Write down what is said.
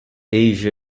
asia